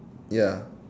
ya